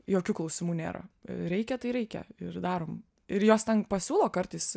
jokių klausimų nėra reikia tai reikia ir darom ir jos ten pasiūlo kartais